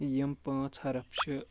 یِم پانٛژھ حرف چھِ